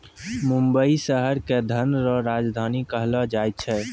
मुंबई शहर के धन रो राजधानी कहलो जाय छै